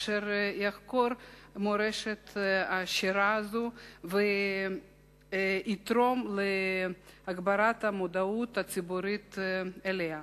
אשר יחקור מורשת עשירה זו ויתרום להגברת המודעות הציבורית אליה.